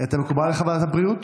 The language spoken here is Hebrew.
מקובלת עליך ועדת הבריאות?